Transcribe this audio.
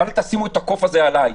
רק אל תשימו את הקוף הזה עליי.